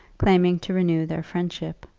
claiming to renew their friendship.